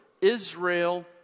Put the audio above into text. Israel